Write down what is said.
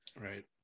Right